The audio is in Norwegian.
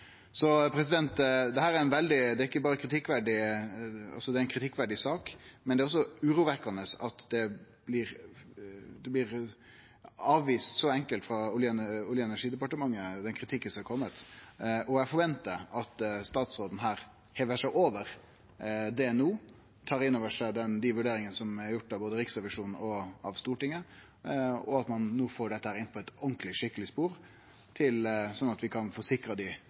Så dette er ikkje berre ei kritikkverdig sak – det er også urovekkjande at den kritikken som har kome, blir avvist så enkelt frå Olje- og energidepartementet. Eg forventar at statsråden her og no hevar seg over det, tar dei vurderingane som er gjorde av både Riksrevisjonen og Stortinget, innover seg, og at ein får dette inn på eit ordentleg og skikkeleg spor, slik at vi kan